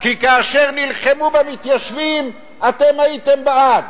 כי כאשר נלחמו במתיישבים אתם הייתם בעד.